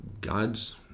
God's